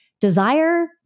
desire